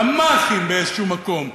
גמ"חים באיזה מקום.